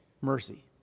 Mercy